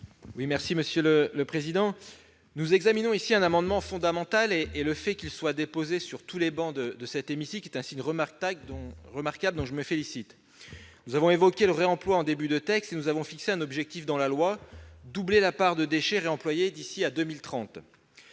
l'amendement n° 133 rectifié. Nous examinons ici un amendement fondamental. Le fait qu'il soit déposé sur toutes les travées de cet hémicycle est un signe remarquable dont je me félicite. Nous avons évoqué le réemploi en début de texte, et nous avons fixé un objectif dans la loi : doubler la part de déchets réemployés d'ici à 2030.